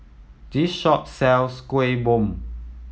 this shop sells Kuih Bom